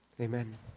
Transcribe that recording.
Amen